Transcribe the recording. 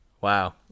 Wow